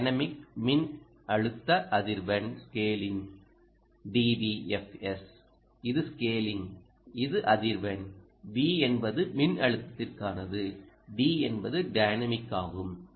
dynamic மின்னழுத்த அதிர்வெண் scaling இது ஸ்கேலிங் இது அதிர்வெண் v என்பது மின்னழுத்தத்திற்கானது d என்பது டைனமிக் ஆகும்